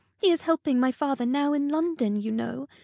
he is helping my father now in london, you know.